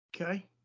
Okay